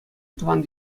тӑван